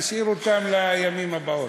נשאיר אותם לימים הבאים.